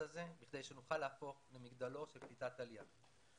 הזה כדי שנוכל להפוך למגדלור של קליטת עלייה.